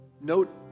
note